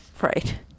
Right